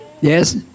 Yes